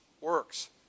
works